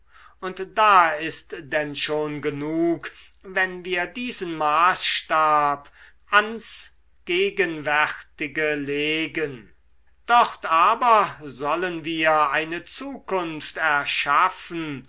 und da ist denn schon genug wenn wir diesen maßstab ans gegenwärtige legen dort aber sollen wir eine zukunft erschaffen